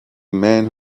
man